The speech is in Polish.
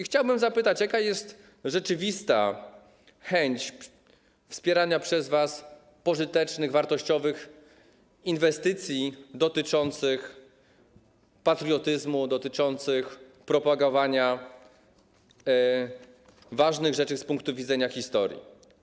Chciałbym zapytać, jaka jest rzeczywista chęć wspierania przez was pożytecznych, wartościowych inwestycji dotyczących patriotyzmu, dotyczących propagowania ważnych rzeczy z punktu widzenia historii.